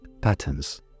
patterns